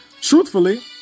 Truthfully